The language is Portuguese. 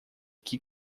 que